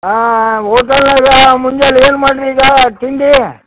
ಹಾಂ ಹೋಟಲ್ನಾಗೆ ಮುಂಜಾನಿ ಏನು ಮಾಡೀರಿ ಈಗ ತಿಂಡೀ